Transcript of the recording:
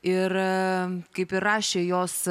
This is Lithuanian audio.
ir kaip ir rašė jos